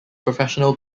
professional